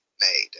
made